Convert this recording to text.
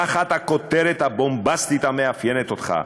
תחת הכותרת הבומבסטית, המאפיינת אותך: